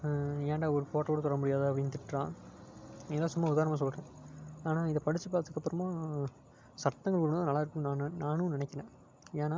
ஏன்டா ஒரு கோட்டை கூட தொட முடியாதா அப்படின்னு திட்டுறான் இதெலாம் சும்மா உதாரணமாக சொல்லுறேன் ஆனால் இதை படிச்சு பார்த்தத்துக்கு அப்புறோமா சட்டங்கள் கொண்டு வந்தால் நல்லா இருக்கும் நான் நான் நானும் நினைக்கிறேன் ஏன்னா